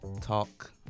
talk